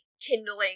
kindling